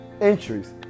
entries